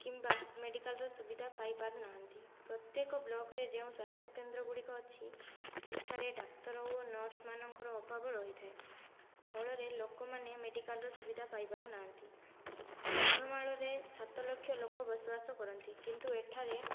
କିମ୍ବା ମେଡିକାଲର ସୁବିଧା ପାଇପାରୁ ନାହାନ୍ତି ପ୍ରତ୍ୟକ ବ୍ଲକରେ ଯେଉଁ ସ୍ୱାସ୍ଥ୍ୟକେନ୍ଦ୍ର ଗୁଡିକ ଅଛି ସେଠାରେ ଡ଼ାକ୍ତର ଓ ନର୍ସ ମାନଙ୍କର ଅଭାବ ରହିଥାଏ ଫଳରେ ଲୋକମାନେ ମେଡିକାଲର ସୁବିଧା ପାଇପାରୁ ନାହାନ୍ତି କନ୍ଧମାଳରେ ସାତଲକ୍ଷ ଲୋକ ବସବାସ କରନ୍ତି କିନ୍ତୁ ଏଠାରେ